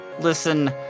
listen